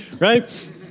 right